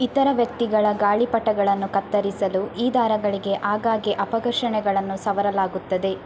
ಇತರ ವ್ಯಕ್ತಿಗಳ ಗಾಳಿಪಟಗಳನ್ನು ಕತ್ತರಿಸಲು ಈ ದಾರಗಳಿಗೆ ಆಗಾಗ್ಗೆ ಅಪಘರ್ಷಣೆಗಳನ್ನು ಸವರಲಾಗುತ್ತದೆ